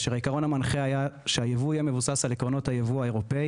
והעיקרון המנחה היה שהייבוא יהיה מבוסס על עקרונות הייבוא האירופי